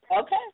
Okay